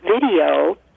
video